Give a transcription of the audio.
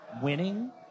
winning